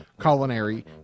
Culinary